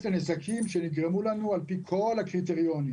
לנזקים שנגרמו לנו על פי כל הקריטריונים.